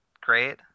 great